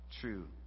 True